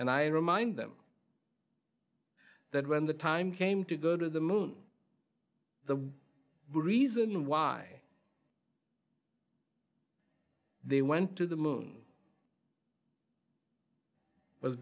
peace and i remind them that when the time came to go to the moon the reason why they went to the moon was